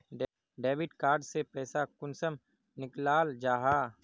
Debit card से पैसा कुंसम निकलाल जाहा?